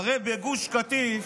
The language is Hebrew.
הרי בגוש קטיף